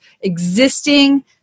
existing